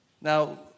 Now